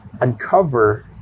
uncover